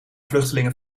vluchtelingen